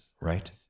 right